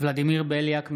ולדימיר בליאק,